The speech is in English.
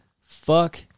fuck